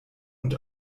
und